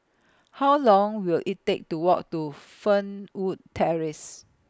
How Long Will IT Take to Walk to Fernwood Terrace